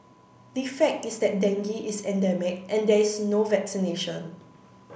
the fact is that dengue is endemic and there is no vaccination